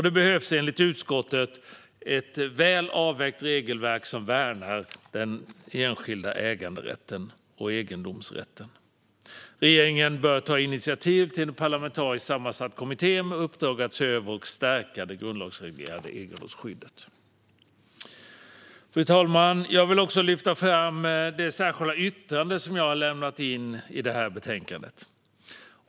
Det behövs enligt utskottet ett väl avvägt regelverk som värnar den enskilda äganderätten och egendomsrätten. Regeringen bör ta initiativ till en parlamentariskt sammansatt kommitté med uppdrag att se över och stärka det grundlagsreglerade egendomsskyddet. Fru talman! Jag vill också lyfta fram mitt särskilda yttrande i detta betänkande.